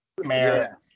Mayor